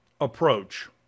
approach